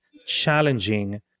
Challenging